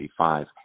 1985